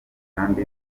kandi